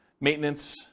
maintenance